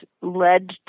led